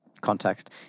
context